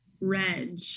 reg